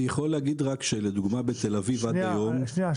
אני יכול להגיד רק שלדוגמה בתל אביב עד היום --- שנייה,